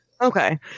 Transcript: Okay